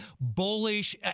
bullish